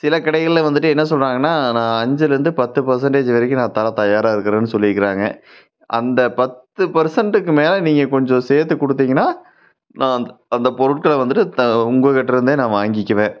சில கடைகளில் வந்துட்டு என்ன சொல்கிறாங்கன்னா நான் அஞ்சுலருந்து பத்து பர்சன்டேஜ் வரைக்கும் நான் தர தயாராக இருக்கிறேன்னு சொல்லிக்கிறாங்க அந்த பத்து பர்சன்டுக்கு மேலே நீங்கள் கொஞ்சம் சேர்த்து கொடுத்திங்கன்னா நான் அந்த பொருட்களை வந்துட்டு உங்கள்கிட்ட இருந்தே நான் வாங்கிக்குவேன்